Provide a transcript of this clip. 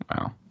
Wow